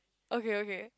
okay okay